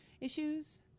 issues